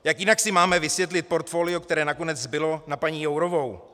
Jak jinak si máme vysvětlit portfolio, které nakonec zbylo na paní Jourovou?